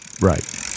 Right